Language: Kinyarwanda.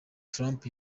trump